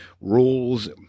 rules